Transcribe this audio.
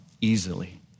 easily